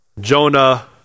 Jonah